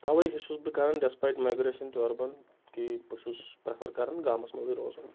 تَوَے ہَے چھُس بہٕ کَرَان ڈِسپایِٹ میگرَیٚشَن ٹُو اَربَن کہِ بہٕ چھُس پٕرَٮ۪فَر کرَان گامَس منٛزٕے روزُن